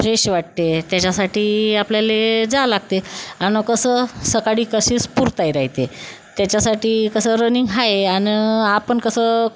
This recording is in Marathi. फ्रेश वाटते त्याच्यासाठी आपल्याले जावं लागते आणि कसं सकाळी कशीच स्फुरताही रहाते त्याच्यासाठी कसं रनिंग आहे आणि आपण कसं